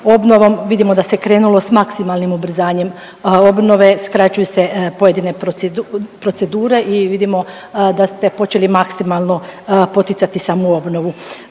obnovom. Vidimo da se krenulo s maksimalnim ubrzanjem obnove. Skraćuju se pojedine procedure i vidimo da ste počeli maksimalno poticati samu obnovu.